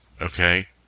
okay